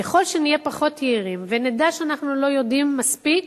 ככל שנהיה פחות יהירים ונדע שאנחנו לא יודעים מספיק